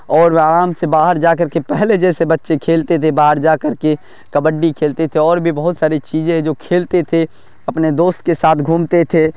اور آرام سے باہر جا کر کے پہلے جیسے بچے کھیلتے تھے باہر جا کر کے کبڈی کھیلتے تھے اور بھی بہت ساری چیزیں جو کھیلتے تھے اپنے دوست کے ساتھ گھومتے تھے